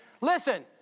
listen